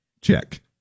Check